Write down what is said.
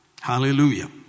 Hallelujah